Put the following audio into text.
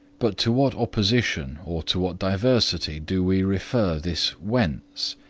but to what opposition or to what diversity do we refer this whence?